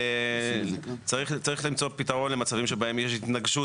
אבל צריך למצוא פתרון למצבים שבהם יש התנגשות